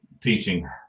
teaching